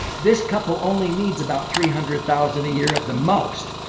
this couple only needs about three hundred thousand a year at the most.